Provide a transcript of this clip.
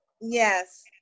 Yes